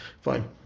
Fine